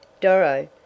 Doro